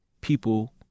people